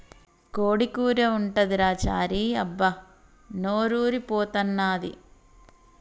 కోడి కూర ఉంటదిరా చారీ అబ్బా నోరూరి పోతన్నాది